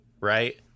Right